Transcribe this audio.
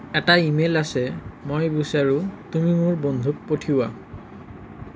এটা ইমেইল আছে মই বিচাৰোঁ তুমি মোৰ বন্ধুক পঠিওৱা